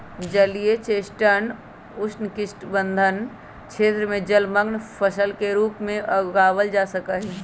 जलीय चेस्टनट उष्णकटिबंध क्षेत्र में जलमंग्न फसल के रूप में उगावल जा सका हई